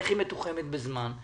איך היא מתוחמת בזמן?